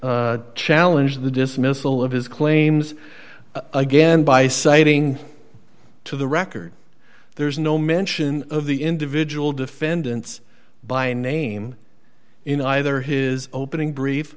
challenge the dismissal of his claims again by citing to the record there is no mention of the individual defendants by name in either his opening brief